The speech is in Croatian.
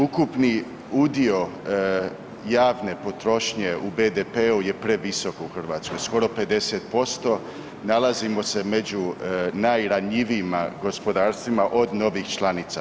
Ukupni udio javne potrošnje u BDP-u je previsok u Hrvatskoj skoro 50%, nalazimo se među najranjivijima gospodarstvima od novih članica.